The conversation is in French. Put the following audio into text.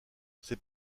ses